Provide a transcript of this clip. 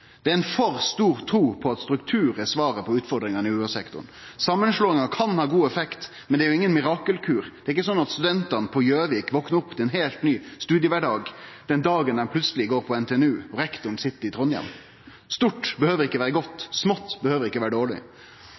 Det er ei for stor tru på at struktur er svaret på utfordringane i UH-sektoren. Samanslåingar kan ha god effekt, men det er ingen mirakelkur. Det er ikkje slik at studentane på Gjøvik plutseleg vaknar opp til ein heilt ny studiekvardag den dagen dei går på NTNU og rektoren sit i Trondheim. Stort behøver ikkje vere godt, smått behøver